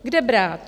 Kde brát?